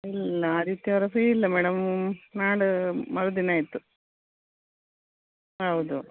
ಇಲ್ಲ ಆದಿತ್ಯವಾರ ಫ್ರೀ ಇಲ್ಲ ಮೇಡಮ್ ನಾಡು ಮರುದಿನ ಆಯಿತು ಹೌದು